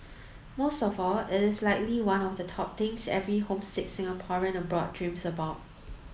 most of all it's likely one of the top things every homesick Singaporean abroad dreams about